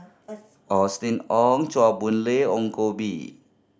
Austen Ong Chua Boon Lay Ong Koh Bee